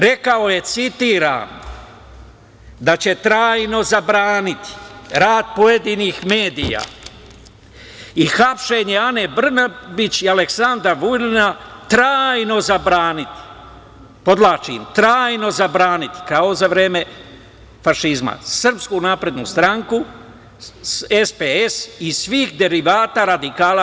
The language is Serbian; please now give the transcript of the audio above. Rekao je, citiram – da će trajno zabraniti rad pojedinih medija i hapšenje Ane Brnabić i Aleksandra Vulina, trajno zabraniti, podvlačim, trajno zabraniti, kao za vreme fašizma, SNS, SPS i svih derivata radikala.